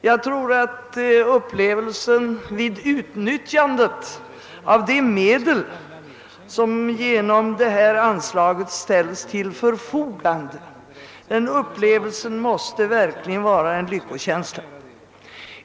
Jag tror att upplevelsen vid utnyttjandet av de medel som genom detta anslag ställs till förfogande verkligen måste vara en lyckokänsla.